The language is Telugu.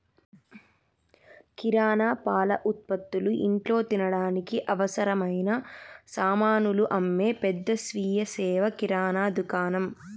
కిరణా, పాల ఉత్పతులు, ఇంట్లో తినడానికి అవసరమైన సామానులు అమ్మే పెద్ద స్వీయ సేవ కిరణా దుకాణం